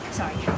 sorry